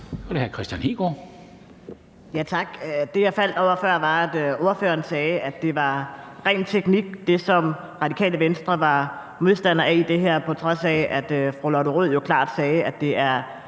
Kristian Hegaard (RV): Tak. Det, som jeg faldt over før, var, at ordføreren sagde, at det var ren teknik, som Radikale Venstre var modstandere af i det her, på trods af at fru Lotte Rod jo klart sagde, at det er